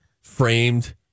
framed